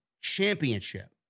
Championship